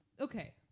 Okay